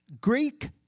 Greek